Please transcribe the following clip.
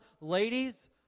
Ladies